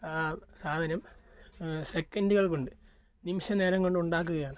ആ സാധനം സെക്കൻറുകൾ കൊണ്ട് നിമിഷനേരം കൊണ്ട് ഉണ്ടാക്കുകയാണ്